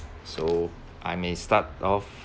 so I may start off